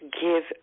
give